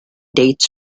dates